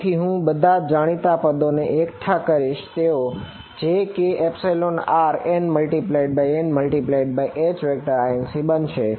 તેથી હું બધાજ જાણીતા પદોને એકઠા કરીશ અને તેઓ jkrn×n×Hinc બનશે